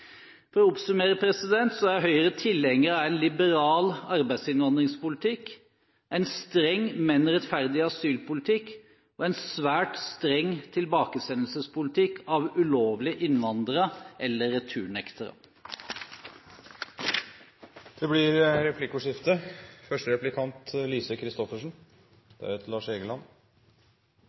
For å oppsummere: Høyre er tilhenger av en liberal arbeidsinnvandringspolitikk, en streng, men rettferdig asylpolitikk og en svært streng tilbakesendelsespolitikk av ulovlige innvandrere eller returnektere. Det blir replikkordskifte.